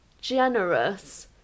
generous